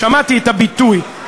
שמעתי את הביטוי,